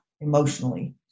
emotionally